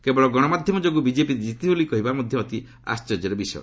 କେବଳ ଗଶମାଧ୍ୟମ ଯୋଗୁଁ ବିଜେପି ଜିତିଛି ବୋଲି କହିବା ମଧ୍ୟ ଅତି ଆଶ୍ଚର୍ଯ୍ୟର ବିଷୟ